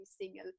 single